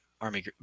Army